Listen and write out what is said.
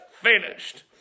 finished